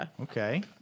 Okay